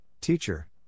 teacher